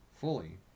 fully